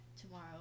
tomorrow